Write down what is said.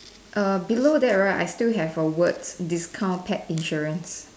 err below that right I still have a words discount pet insurance